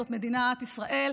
זאת מדינת ישראל,